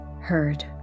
heard